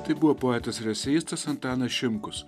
tai buvo poetas ir eseistas antanas šimkus